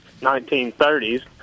1930s